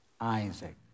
Isaac